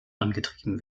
angetrieben